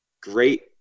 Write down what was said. great